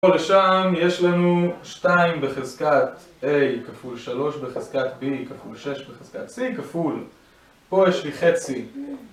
אז שם יש לנו 2 בחזקת A כפול 3 בחזקת B כפול 6 בחזקת C כפול פה יש לי חצי